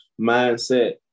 mindset